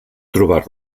trobar